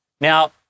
Now